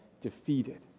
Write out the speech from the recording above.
defeated